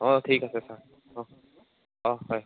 অ ঠিক আছে ছাৰ অ অ হয়